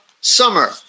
summer